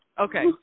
Okay